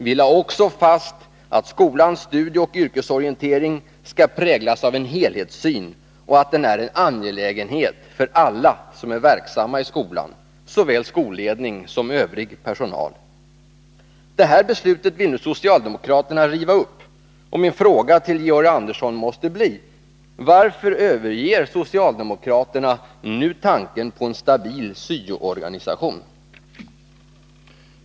Vi lade också fast att skolans studieoch yrkesorientering skall präglas av en helhetssyn och att den är en angelägenhet för alla som är verksamma i skolan, såväl skolledning som övrig personal. Det här beslutet vill socialdemokraterna riva upp, och min fråga till Georg Andersson måste bli: Varför överger socialdemokraterna nu tanken på en stabil syo-organisation?